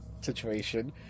situation